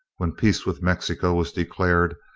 when peace with mexico was declared,